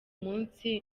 munsi